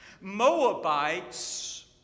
Moabites